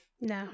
No